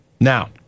Now